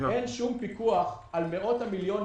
אין שום פיקוח על מאות המיליונים